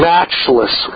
Matchless